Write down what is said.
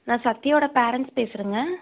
நான் சத்யாவோடய பேரன்ட்ஸ் பேசுகிறேங்க